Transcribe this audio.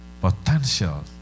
potential